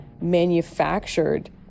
manufactured